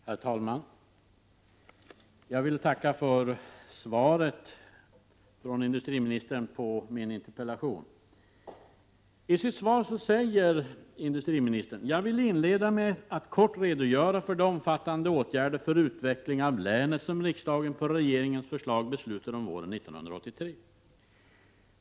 Herr talman! Jag vill tacka för svaret från industriministern på min interpellation. I sitt svar säger industriministern: ”Jag vill inleda med att kort redogöra för de omfattande åtgärder för utveckling av länet som riksdagen på regeringens förslag beslutade om våren 1983.